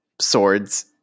swords